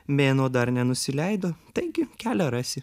mėnuo dar nenusileido taigi kelią rasi